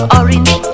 orange